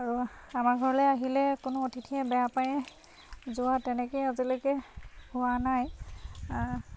আৰু আমাৰ ঘৰলৈ আহিলে কোনো অতিথিয়ে বেয়া পায় যোৱা তেনেকৈ আজিলৈকে হোৱা নাই